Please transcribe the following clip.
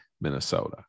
minnesota